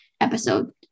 episode